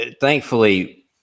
thankfully